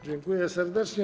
Dziękuję serdecznie.